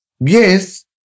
Yes